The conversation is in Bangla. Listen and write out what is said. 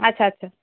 আচ্ছা আচ্ছা